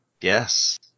Yes